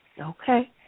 Okay